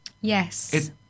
Yes